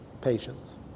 patients